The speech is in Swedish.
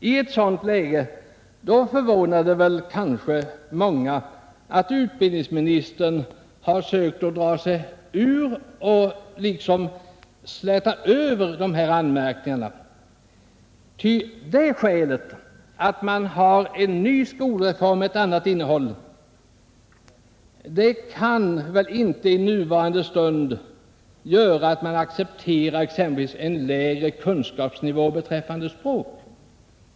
I ett sådant läge förvånar det kanske många att utbildningsministern sökt dra sig ur och liksom ”släta över” de gjorda anmärkningarna. Det skälet att man har en ny skolreform med ett annat innehåll kan väl inte i nuvarande stund vara tillräckligt för att man skall acceptera exempelvis en lägre kunskapsnivå beträffande språk.